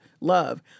love